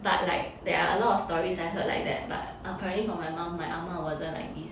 but like there are a lot of stories I heard like that but apparently from my mum my ah ma wasn't like this